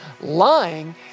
Lying